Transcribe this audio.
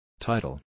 Title